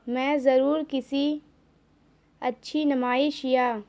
میں ضرور کسی اچھی نمائش یا